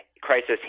crisis